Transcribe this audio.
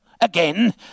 again